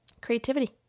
Creativity